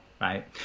right